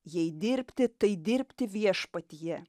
jai dirbti tai dirbti viešpatie